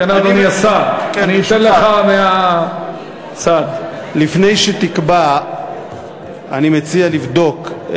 לפי מה שרשום לפני זה אמור לעבור לוועדת הפנים.